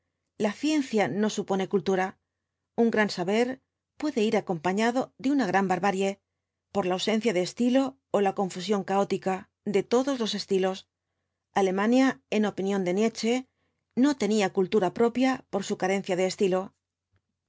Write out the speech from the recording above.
la ciencia no supone cultura un gran saber puede ir acompañado de una gran oarbarie por la ausencia de estilo ó la confusión caótica de todos los estilos alemania en opinión de nietzsche no tenía cultura propia por su carencia de estilo